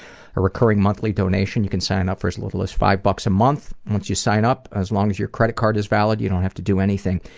a recurring monthly donation. you can sign up for as little as five bucks a month. once you sign up, as long as your credit card is valid, you don't have to do anything.